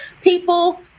people